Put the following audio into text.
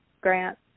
grant